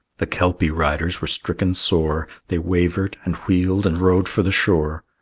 the kelpie riders were stricken sore they wavered, and wheeled, and rode for the shore.